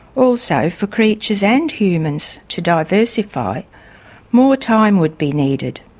also for creatures and humans to diversify more time would be needed.